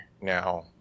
Now